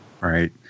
Right